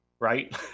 right